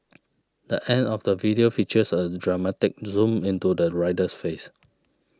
the end of the video features a dramatic zoom into the rider's face